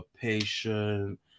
patient